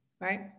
right